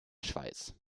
schweiz